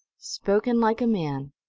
spoken like a man!